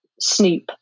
Snoop